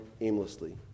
aimlessly